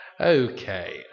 Okay